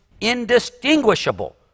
indistinguishable